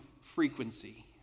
frequency